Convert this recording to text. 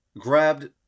grabbed